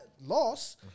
loss